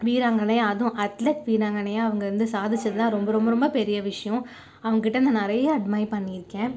வீராங்கனையாக அதுவும் அத்லட் வீராங்கனையாக அவங்க வந்து சாதிச்சது தான் ரொம்ப ரொம்ப ரொம்ப பெரிய விஷயம் அவங்ககிட்டேருந்து நிறைய அட்மையர் பண்ணியிருக்கேன்